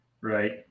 Right